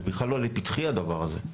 זה בכלל לא לפתחי הדבר הזה.